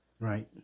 right